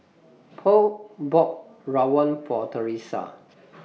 Polk bought Rawon For Teressa